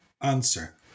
answer